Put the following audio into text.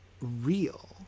real